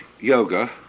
yoga